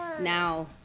now